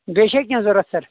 بیٚیہِ چھےٚ کینہہ ضروٗرت سر